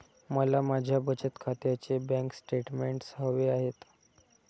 मला माझ्या बचत खात्याचे बँक स्टेटमेंट्स हवे आहेत